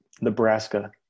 Nebraska